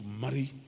marry